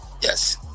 Yes